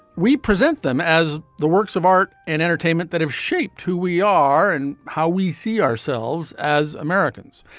we present them as the works of art and entertainment that have shaped who we are and how we see ourselves as americans.